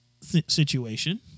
situation